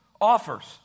offers